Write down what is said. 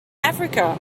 africa